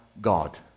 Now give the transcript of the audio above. God